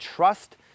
Trust